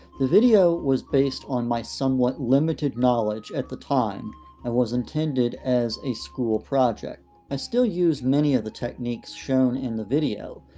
the video was based on my somewhat limited knowledge at the time and was intended as a school project. i still use many of the techniques shown in the video,